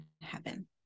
heaven